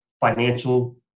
financial